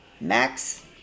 Max